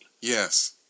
Yes